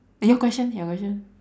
your question your question